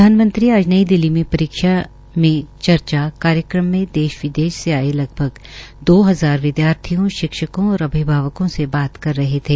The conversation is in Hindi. प्रधानमंत्री आज नई दिल्ली में परीक्षा पे चर्चा कार्यक्रम में देश विदेश से आये लगभग दो हजार विदयार्थियों शिक्षकों और अभिभावकों से बात कर रहे थे